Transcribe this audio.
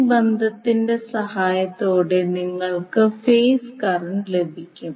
ഈ ബന്ധത്തിന്റെ സഹായത്തോടെ നിങ്ങൾക്ക് ഫേസ് കറന്റ് ലഭിക്കും